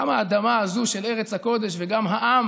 גם האדמה הזאת של ארץ הקודש וגם העם